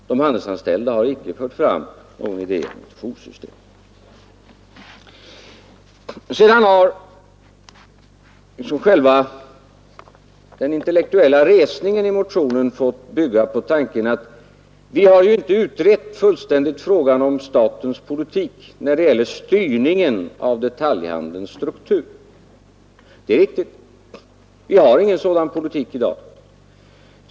De handelsanställda har icke fört fram någon idé om ett joursystem. Den intellektuella resningen i motionen bygger vidare på tanken att vi inte fullständigt har utrett frågan om statens politik i fråga om styrning av detaljhandelns struktur. Det är riktigt — vi har ingen sådan politik i dag.